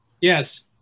Yes